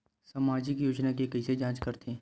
सामाजिक योजना के कइसे जांच करथे?